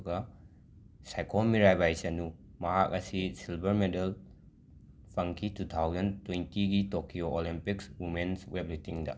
ꯑꯗꯨꯒ ꯁꯥꯏꯈꯣꯝ ꯃꯤꯔꯥꯕꯥꯏ ꯆꯅꯨ ꯃꯍꯥꯛ ꯑꯁꯤ ꯁꯤꯜꯕꯔ ꯃꯦꯗꯜ ꯐꯪꯈꯤ ꯇꯨ ꯊꯥꯎꯖꯟ ꯇ꯭ꯋꯦꯟꯇꯤꯒꯤ ꯇꯣꯀꯤꯌꯣ ꯑꯣꯂꯦꯝꯄꯤꯛ ꯋꯨꯃꯦꯟꯁ ꯋꯦꯠꯂꯤꯐꯇꯤꯡꯗ